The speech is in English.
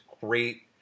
great